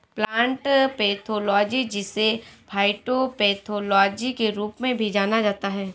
plant pathology जिसे phytopathology के रूप में भी जाना जाता है